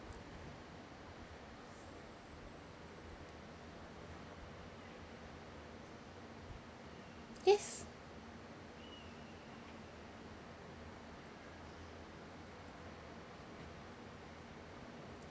yes